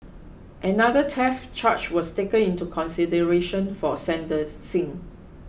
another theft charge was taken into consideration for sentencing